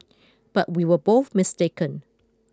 but we were both mistaken